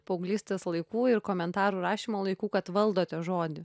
paauglystės laikų ir komentarų rašymo laikų kad valdote žodį